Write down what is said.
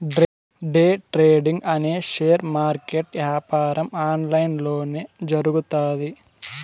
day trading అనే share market యాపారం online లొనే జరుగుతాది